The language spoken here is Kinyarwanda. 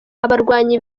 abarwanyi